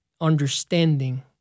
understanding